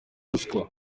ruswa